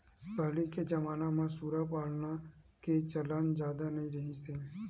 पहिली के जमाना म सूरा पालन के चलन जादा नइ रिहिस हे